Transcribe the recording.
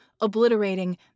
Obliterating